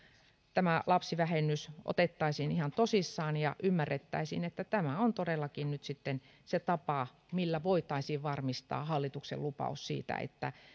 tämä lapsivähennys otettaisiin ihan tosissaan ja ymmärrettäisiin että tämä on todellakin nyt sitten se tapa millä voitaisiin varmistaa hallituksen lupaus siitä että